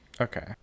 Okay